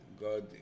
God